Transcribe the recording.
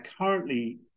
currently